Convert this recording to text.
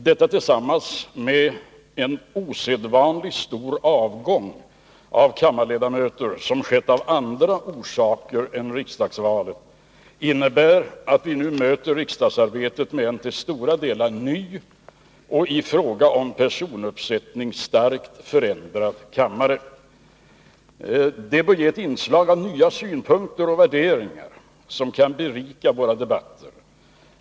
Detta tillsammans med den osedvanligt stora avgång av kammarledamöter som skett av andra orsaker än riksdagsvalet innebär att vi nu möter riksdagsarbetet med en till stora delar ny och i fråga om personuppsättning starkt förändrad kammare. Det bör ge ett inslag av nya synpunkter och värderingar som kan berika våra debatter.